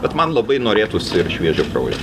bet man labai norėtųsi ir šviežio kraujo